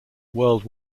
world